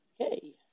Okay